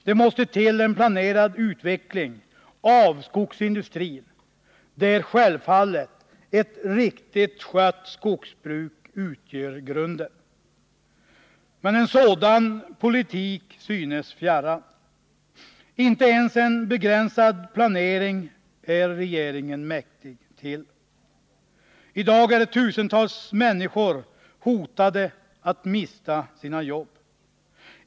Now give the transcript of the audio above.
Det måste till en planerad utveckling av skogsindustrin, där självfallet ett riktigt skött skogsbruk utgör grunden. Men en sådan politik synes fjärran; inte ens en begränsad planering är regeringen mäktig. I dag hotas jobben för tusentals människor.